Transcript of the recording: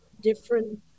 different